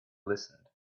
listened